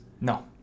No